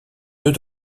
œufs